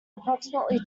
approximately